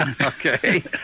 Okay